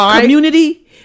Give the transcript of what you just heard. community